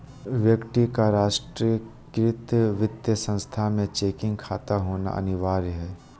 व्यक्ति का राष्ट्रीयकृत वित्तीय संस्थान में चेकिंग खाता होना अनिवार्य हइ